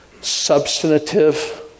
substantive